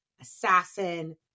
assassin